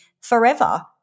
forever